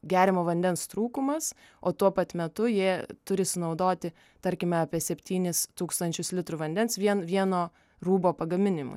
geriamo vandens trūkumas o tuo pat metu jie turi sunaudoti tarkime apie septynis tūkstančius litrų vandens vien vieno rūbo pagaminimui